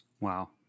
Wow